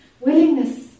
Willingness